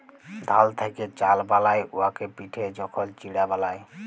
ধাল থ্যাকে চাল বালায় উয়াকে পিটে যখল চিড়া বালায়